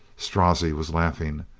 strozzi was laughing.